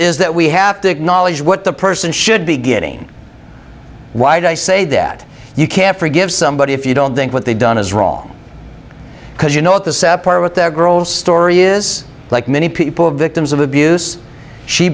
is that we have to acknowledge what the person should be getting why do i say that you can't forgive somebody if you don't think what they've done is wrong because you know at the separate with the girl story is like many people victims of abuse she